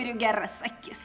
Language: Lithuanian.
turiu geras akis